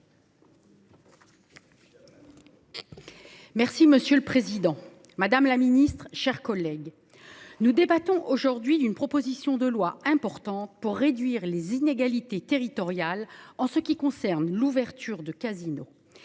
Merci, monsieur le Président Madame la Ministre chers collègues nous débattons aujourd'hui d'une proposition de loi importante pour réduire les inégalités territoriales. En ce qui concerne l'ouverture de casino.